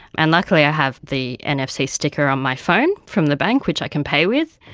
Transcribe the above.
and luckily i have the nfc sticker on my phone from the bank which i can pay with.